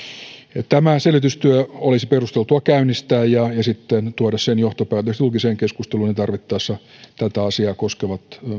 tämä selvitystyö olisi perusteltua käynnistää ja sitten tuoda sen johtopäätökset julkiseen keskusteluun ja tarvittaessa tätä asiaa koskevat